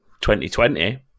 2020